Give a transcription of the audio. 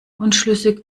unschlüssig